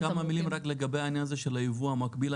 אפשר עוד כמה מילים רק לגבי העניין של היבוא המקביל.